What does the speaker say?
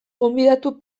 gonbidatu